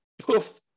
poof